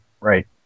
Right